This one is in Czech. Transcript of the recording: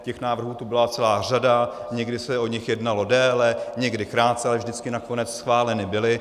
Těch návrhů tu byla celá řada, někdy se o nich jednalo déle, někdy krátce, ale vždycky nakonec schváleny byly.